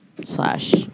slash